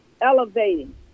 elevating